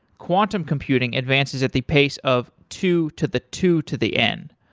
quantum computing advances at the pace of two to the two to the n.